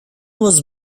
was